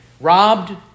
robbed